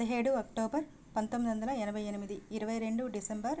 పదిహేడు అక్టోబర్ పంతొమ్మిది వందల ఎనభై ఎనిమిది ఇర్రవై రెండు డిసెంబర్